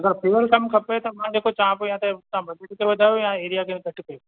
अगरि प्योर कमु खपे त मां जेको चवां पियो या त तव्हां बजट खे वधायो या एरिया खे घटि कयो